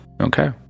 Okay